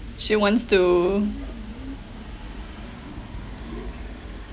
she wants to